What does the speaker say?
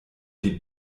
die